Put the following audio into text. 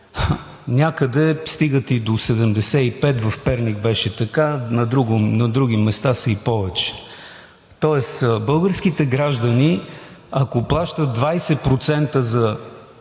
някъде стигат и до 75% – в Перник беше така, на други места са и повече, тоест българските граждани, ако плащат 20%